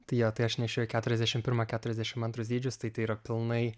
tai jo tai aš nešioju keturiasdešim primą keturiasdešim antrus dydžius tai tai yra pilnai